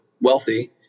wealthy